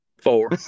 four